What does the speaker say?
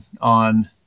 on